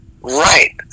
right